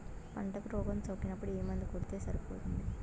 పంటకు రోగం సోకినపుడు ఏ మందు కొడితే సరిపోతుంది?